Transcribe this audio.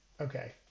Okay